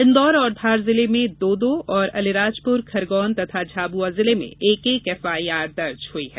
इंदौर तथा धार जिले में दो दो और अलीराजपुर खरगोन तथा झाबुआ जिले में एक एक एफआईआर दर्ज हई है